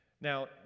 Now